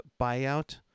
buyout